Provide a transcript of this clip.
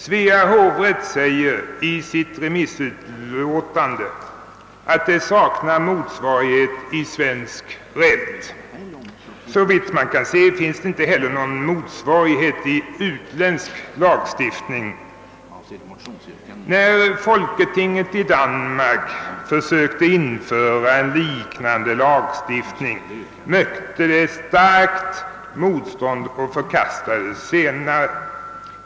Svea hovrätt säger i sitt remissutlåtande att det saknar motsvarighet i svenskt rätt. Såvitt man kan se finns inte heller någon motsvarighet i utländsk lagstiftning. När folketinget i Danmark försökte införa en liknande lagstiftning mötte förslaget starkt motstånd och förkastades senare.